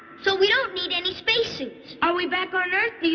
so we don't need any space suits. are we back on earth?